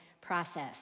process